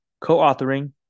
co-authoring